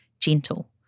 gentle